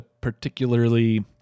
particularly